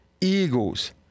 Eagles